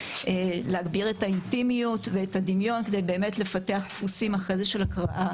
להגביר את האינטימיות ואת הדמיון כדי באמת לפתח דפוסים של הקראה.